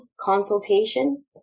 consultation